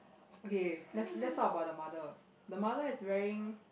okay let's talk about the mother the mother is wearing